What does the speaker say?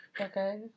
Okay